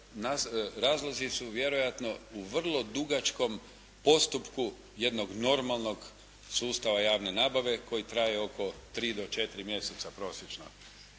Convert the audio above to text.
Razlozi su vjerojatno u vrlo dugačkom postupku jednog normalnog sustava javne nabave koji traje oko tri do četiri mjeseca prosječno,